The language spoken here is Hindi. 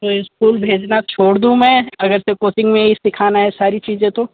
तो इस्कूल भेजना छोड़ दूँ मैं अगर से कोचिंग में ही सीखना है सारी चीज़ें तो